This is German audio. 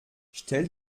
stell